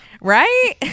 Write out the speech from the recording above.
Right